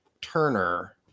Turner